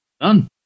Done